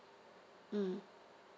mm